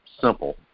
simple